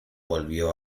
volvió